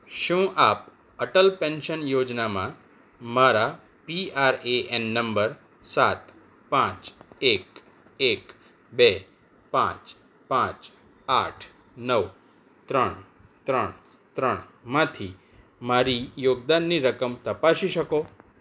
શું આપ અટલ પેન્શન યોજનામાં મારા P R A N number સાત પાંચ એક એક બે પાંચ પાંચ આઠ નવ ત્રણ ત્રણ ત્રણમાંથી મારી યોગદાનની રકમ તપાસી શકો